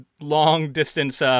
long-distance